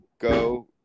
go